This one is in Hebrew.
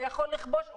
הוא יכול לכבוש עולם,